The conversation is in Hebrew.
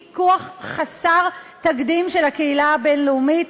פיקוח חסר תקדים של הקהילה הבין-לאומית,